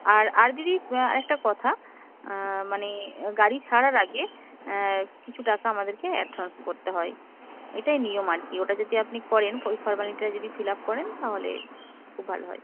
আর আর দিদি আরেকটা কথা মানে গাড়ি ছাড়ার আগে কিছু টাকা আমাদেরকে অ্যাডভান্স করতে হয় এটাই নিয়ম আর কি ওটা যদি আপনি করেন ওই ফর্মালিটিটা যদি ফিলাপ করেন তাহলে খুব ভালো হয়